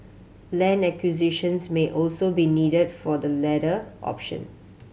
land acquisitions may also be needed for the latter option